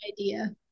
idea